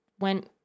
went